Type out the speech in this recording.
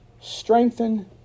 strengthen